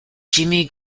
jimmy